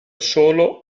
solo